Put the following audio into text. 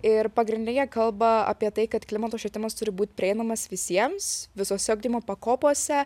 ir pagrinde jie kalba apie tai kad klimato švietimas turi būt prieinamas visiems visose ugdymo pakopose